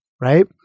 right